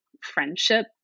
friendship